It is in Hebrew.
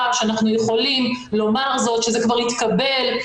שאנחנו יכולים לומר זאת שזה כבר התקבל,